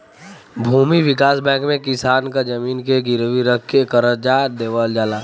भूमि विकास बैंक में किसान क जमीन के गिरवी रख के करजा देवल जाला